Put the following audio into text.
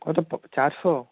কত পো চারশো